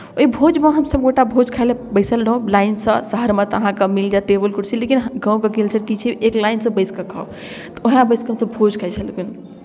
ओहि भोजमे हमसभ गोटाए भोज खाय लेल बैसल रहौँ लाइनसँ शहरमे तऽ अहाँकेँ मिल जायत टेबल कुर्सी लेकिन गामके कल्चर की छै एक लाइनसँ बैसि कऽ खाउ तऽ उएह बैसि कऽ हमसभ भोज खाइत छलहुँ हेँ